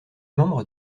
membre